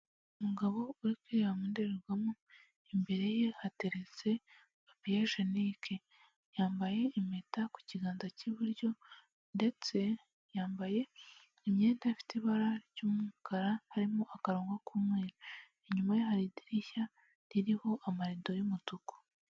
Umugabo uri kwireba mu ndorerwamo imbere ye hateretse papiyejenike, yambaye impeta ku kiganza cy'iburyo ndetse yambaye imyenda ifite ibara ry'umukara harimo akarongo k'umweru, inyuma ye hari idirishya ririho amarido y'umutuku.